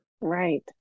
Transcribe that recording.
Right